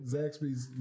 Zaxby's